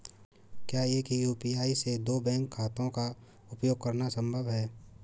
क्या एक ही यू.पी.आई से दो बैंक खातों का उपयोग करना संभव है?